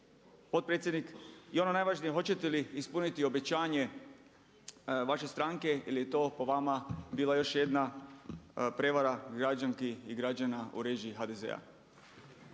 potpredsjednik i ono najvažnije hoćete li ispuniti obećanje vaše stranke jer je to po vama bila još jedna prevara građanki i građana u režiji HDZ-a.